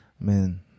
Man